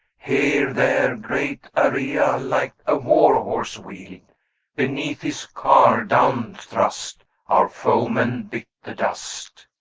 here, there, great area like a war-horse wheeled beneath his car down thrust our foemen bit the dust.